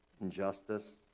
injustice